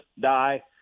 die